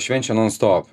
švenčia non stop